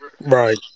Right